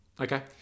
Okay